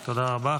תודה, גברתי.